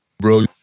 bro